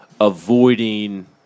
avoiding